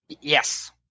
Yes